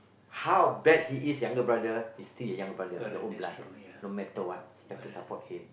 how bad he is younger brother he's still your younger brother your own blood no matter what you've to support him